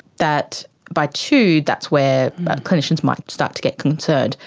that by two that's where clinicians might start to get concerned.